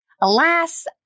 Alas